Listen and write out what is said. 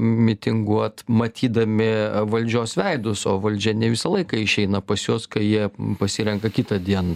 mitinguot matydami valdžios veidus o valdžia ne visą laiką išeina pas juos kai jie pasirenka kitą dieną